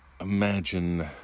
imagine